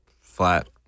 flat